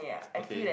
okay